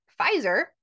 pfizer